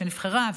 שנבחרה,